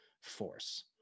force